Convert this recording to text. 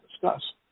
discuss